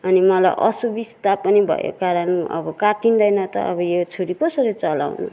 अनि मलाई असुविस्ता पनि भयो कारण अब काटिँदैन त अब यो छुरी कसरी चलाउनु